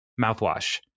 mouthwash